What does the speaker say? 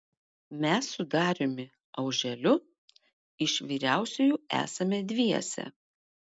mes su dariumi auželiu iš vyriausiųjų esame dviese